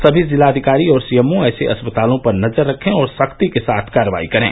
समी जिलाधिकारी और सीएमओ ऐसे अस्पतालों पर नजर रखें और सख्ती के साथ कार्रवाई करें